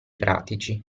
pratici